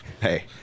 Hey